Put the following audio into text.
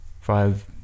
five